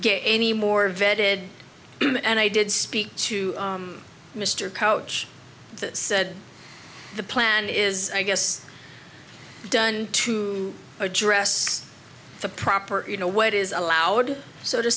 get any more vetted him and i did speak to mr coach that said the plan is i guess done to address the proper you know what is allowed so to